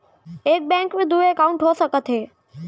एक बैंक में दू एकाउंट हो सकत हे?